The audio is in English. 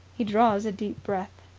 he draws a deep breath,